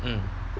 mm